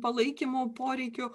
palaikymo poreikio